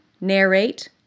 narrate